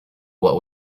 what